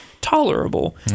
tolerable